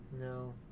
No